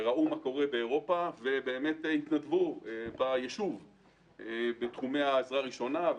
שראו מה קורה באירופה והתנדבו ביישוב בתחומי עזרה ראשונה,